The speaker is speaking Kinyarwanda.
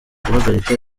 guhagarika